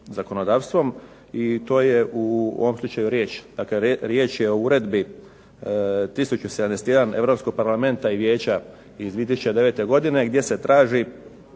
zakonodavstvom, i to je u ovom slučaju riječ, dakle riječ je o uredbi 1071 Europskog Parlamenta i Vijeća iz 2009. godine gdje se traži,